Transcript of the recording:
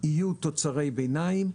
יהיו תוצרי ביניים,